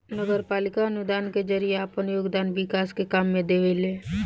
नगरपालिका अनुदान के जरिए आपन योगदान विकास के काम में देवेले